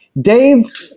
Dave